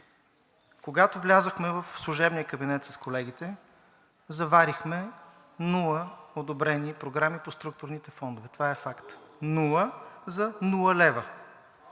Когато влязохме в служебния кабинет с колегите, заварихме нула одобрени програми по структурните фондове. Това е факт. Нула за нула лева.